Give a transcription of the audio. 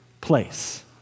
place